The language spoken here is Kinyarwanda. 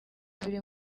biri